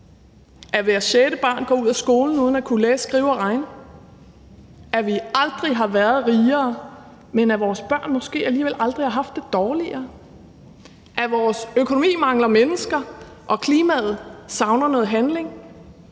at hvert sjette barn går ud af skolen uden at kunne læse, skrive og regne, at vi aldrig har været rigere, men at vores børn måske alligevel aldrig har haft det dårligere, at vores økonomi mangler mennesker, og at klimaet savner noget handling?